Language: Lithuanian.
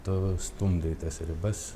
toliau stumdai tas ribas